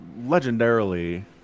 Legendarily